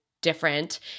different